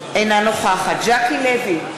נוכחת ז'קי לוי,